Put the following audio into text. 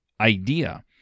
idea